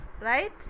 right